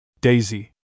Daisy